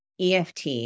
EFT